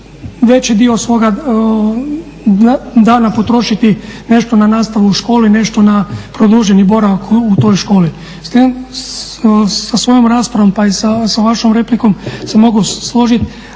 veći dio svoga dana potrošiti nešto na nastavu u školi, nešto na produženi boravak u toj školi. Sa svojom raspravom pa i sa vašom replikom se mogu složiti,